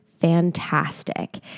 fantastic